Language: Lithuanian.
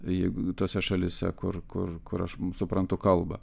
jeigu tose šalyse kur kur kur aš suprantu kalbą